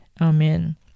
Amen